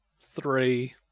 Three